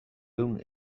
ehun